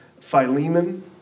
Philemon